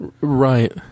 Right